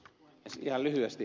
ihan lyhyesti